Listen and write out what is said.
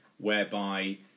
whereby